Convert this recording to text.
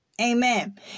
Amen